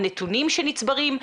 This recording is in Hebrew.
הנתונים שנצברים,